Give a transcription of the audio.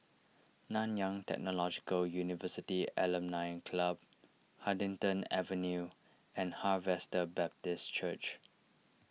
Nanyang Technological University Alumni Club Huddington Avenue and Harvester Baptist Church